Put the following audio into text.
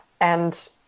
and-